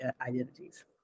identities